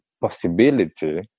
possibility